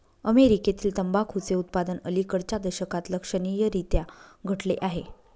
अमेरीकेतील तंबाखूचे उत्पादन अलिकडच्या दशकात लक्षणीयरीत्या घटले आहे